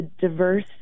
diverse